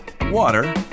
water